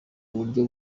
buryo